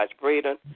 Braden